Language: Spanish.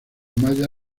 maya